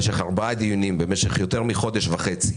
משך ארבעה דיונים במשך יותר מחודש וחצי,